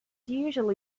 usually